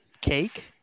cake